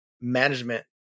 management